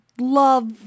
love